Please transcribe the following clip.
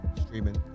streaming